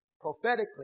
prophetically